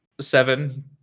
seven